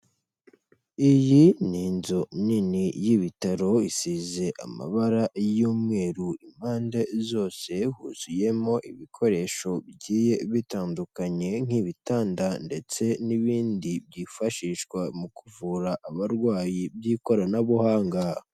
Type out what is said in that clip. Iyi ni inzu nini y'ibitaro isize amabara y'umweru impande zose, huzuyemo ibikoresho bigiye bitandukanye nk'ibitanda ndetse n'ibindi byifashishwa mu kuvura abarwayi by'ikoranabuhanga.